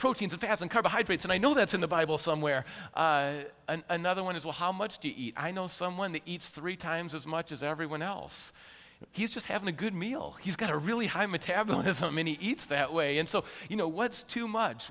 proteins and hasn't carbohydrates and i know that's in the bible somewhere and another one is well how much do you eat i know someone that eats three times as much as everyone else he's just having a good meal he's got a really high metabolism many eats that way and so you know what's too much